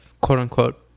quote-unquote